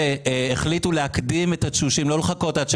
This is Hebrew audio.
החליטו להקדים את התשושים, החליטו